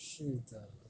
是的